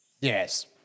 Yes